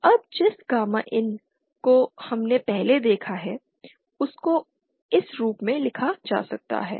अब जिस gamma IN को हमने पहले देखा है उसको इस रूप में लिखा जा सकता है